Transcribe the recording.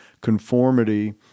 conformity